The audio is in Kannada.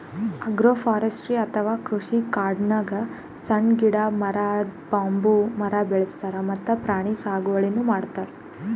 ಅಗ್ರೋಫಾರೆಸ್ರ್ಟಿ ಅಥವಾ ಕೃಷಿಕಾಡ್ನಾಗ್ ಸಣ್ಣ್ ಗಿಡ, ಮರ, ಬಂಬೂ ಮರ ಬೆಳಸ್ತಾರ್ ಮತ್ತ್ ಪ್ರಾಣಿ ಸಾಗುವಳಿನೂ ಮಾಡ್ತಾರ್